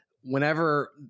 whenever